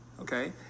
Okay